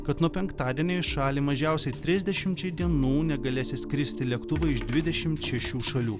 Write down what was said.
kad nuo penktadienio į šalį mažiausiai trisdešimčiai dienų negalės įskristi lėktuvai iš dvidešimt šešių šalių